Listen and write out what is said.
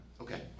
Okay